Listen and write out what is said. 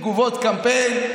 תגובות קמפיין.